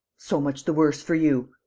so much the worse for you.